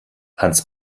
hans